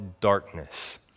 darkness